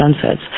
sunsets